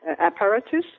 apparatus